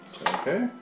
Okay